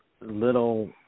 little